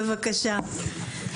בבקשה.